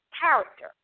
character